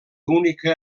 única